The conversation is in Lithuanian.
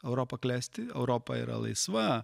europa klesti europa yra laisva